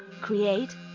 create